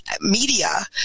media